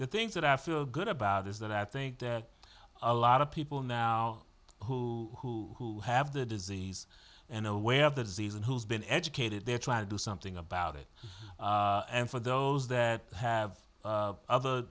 the things that i feel good about is that i think there are a lot of people now who have the disease and aware of the disease and who's been educated they're trying to do something about it and for those that have other